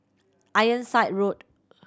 Ironside Road